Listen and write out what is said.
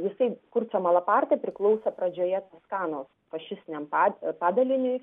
jisai kurcio malaparti priklauso pradžioje toskanos fašistiniam pad padaliniui